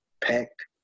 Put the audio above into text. packed